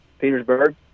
Petersburg